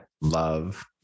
love